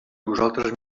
vosaltres